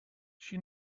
she